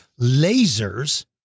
lasers